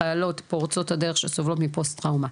חיילות פורצות הדרך שסובלות מפוסט טראומה.